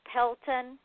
Pelton